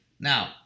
now